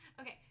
Okay